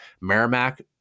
Merrimack